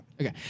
Okay